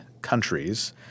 countries